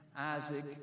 Isaac